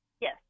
Yes